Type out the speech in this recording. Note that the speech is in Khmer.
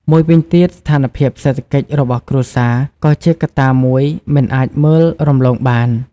មួយវិញទៀត ស្ថានភាពសេដ្ឋកិច្ចរបស់គ្រួសារក៏ជាកត្តាមួយមិនអាចមើលរំលងបាន។